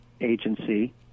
agency